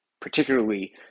particularly